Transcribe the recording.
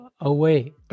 away